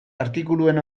artikuluen